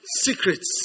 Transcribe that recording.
Secrets